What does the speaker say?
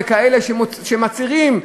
וכאלה שמצהירים בפירוש: